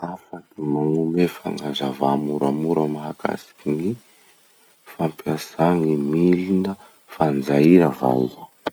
Afaky magnome fagnazavà moramora mahakasiky ny fomba fampiasà gny milina fanjaira va iha?